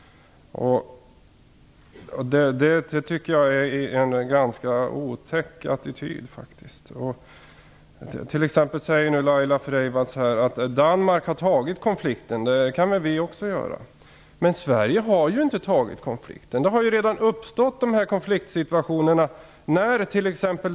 Det tycker jag är en otäck attityd. T.ex. säger Laila Freivalds att Danmark har tagit konflikten, och det kan väl vi också göra. Men Sverige har ju inte tagit konflikten!